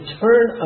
turn